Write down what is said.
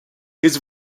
his